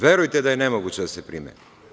Verujte da je nemoguće da se primeni.